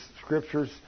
scriptures